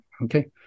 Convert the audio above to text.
Okay